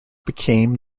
became